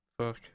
Fuck